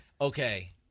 Okay